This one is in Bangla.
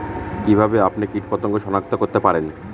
কিভাবে আপনি কীটপতঙ্গ সনাক্ত করতে পারেন?